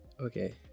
Okay